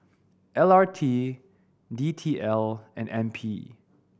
L R T D T L and N P